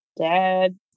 Dad